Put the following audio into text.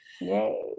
Yay